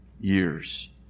years